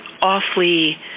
awfully